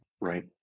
Right